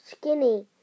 skinny